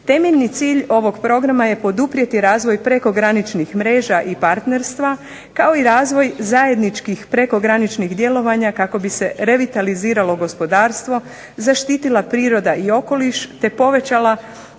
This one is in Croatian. Temeljni cilj ovog programa je poduprijeti razvoj prekograničnih mreža i partnerstva, kao i razvoj zajedničkih prekograničnih djelovanja kako bi se revitaliziralo gospodarstvo, zaštitila priroda i okoliš, te povećala